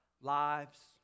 lives